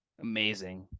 Amazing